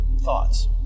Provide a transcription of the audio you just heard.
thoughts